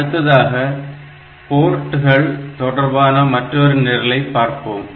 அடுத்ததாக போர்ட்கள் தொடர்பான மற்றொரு நிரலை பார்ப்போம்